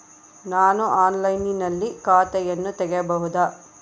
ನಾನು ಆನ್ಲೈನಿನಲ್ಲಿ ಖಾತೆಯನ್ನ ತೆಗೆಯಬಹುದಾ?